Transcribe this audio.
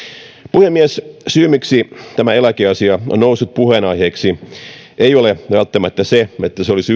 puhemies syy miksi tämä eläkeasia on noussut puheenaiheeksi ei ole välttämättä se että se olisi